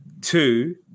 two